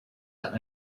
dann